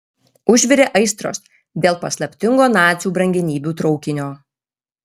užvirė aistros dėl paslaptingo nacių brangenybių traukinio